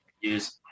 use